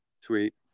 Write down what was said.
sweet